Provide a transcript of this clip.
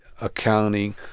accounting